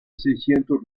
seiscientos